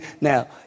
now